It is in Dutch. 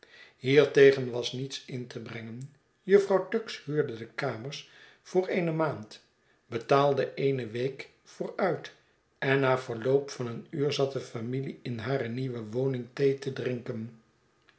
hiertegen was niets in te brengen jufvrouw tuggs huurde de kamers voor eene maand betaalde eene week vooruit en na verloop van een uur zat de familie in hare nieuwe woning thee te drinken